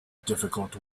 difficult